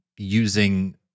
using